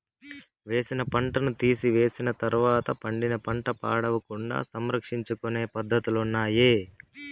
వేసిన పంటను తీసివేసిన తర్వాత పండిన పంట పాడవకుండా సంరక్షించుకొనే పద్ధతులున్నాయి